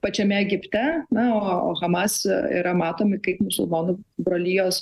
pačiame egipte na o o hamas yra matomi kaip musulmonų brolijos